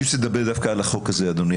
אני רוצה לדבר דווקא על החוק הזה, אדוני.